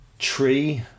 Tree